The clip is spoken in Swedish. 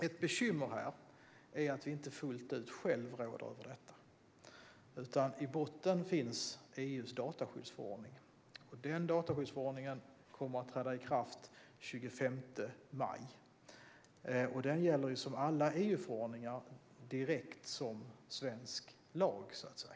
Ett bekymmer är att vi inte fullt ut själva råder över detta. I botten finns EU:s dataskyddsförordning, som kommer att träda i kraft den 25 maj. Den gäller likt alla EU-förordningar direkt som svensk lag.